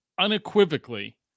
unequivocally